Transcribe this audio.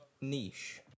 niche